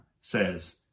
says